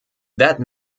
that